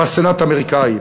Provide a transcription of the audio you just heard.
בסנאט האמריקני,